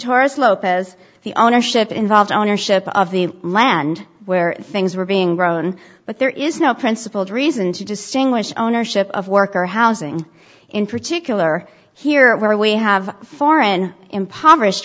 taurus lopez the ownership involved ownership of the land where things were being grown but there is no principled reason to distinguish ownership of worker housing in particular here where we have foreign impoverished